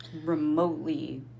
remotely